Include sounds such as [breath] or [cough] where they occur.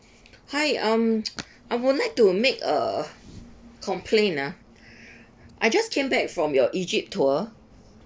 [breath] hi um [noise] I would like to make a complain ah [breath] I just came back from your egypt tour